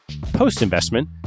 Post-investment